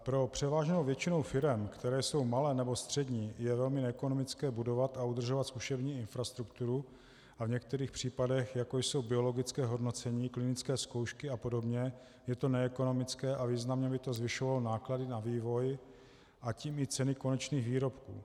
Pro převážnou většinu firem, které jsou malé nebo střední, je velmi neekonomické budovat a udržovat zkušební infrastrukturu a v některých případech, jako jsou biologická hodnocení, klinické zkoušky apod., je to neekonomické a významně by to zvyšovalo náklady na vývoj, a tím i ceny konečných výrobků.